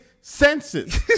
senses